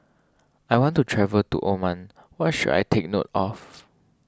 I want to travel to Oman what should I take note of